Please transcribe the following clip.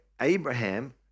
Abraham